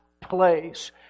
place